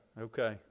Okay